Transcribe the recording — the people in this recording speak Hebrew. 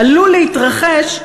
עלול להתרחש,